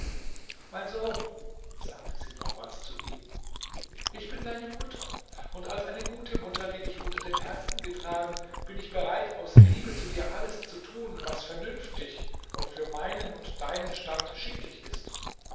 mein sohn sagte sie nochmals zu ihm ich bin deine mutter und als eine gute mutter die dich unter dem herzen getragen bin ich bereit aus liebe zu dir alles zu tun was vernünftig und für meinen und deinen stand schicklich ist